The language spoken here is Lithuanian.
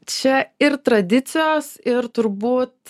čia ir tradicijos ir turbūt